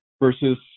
versus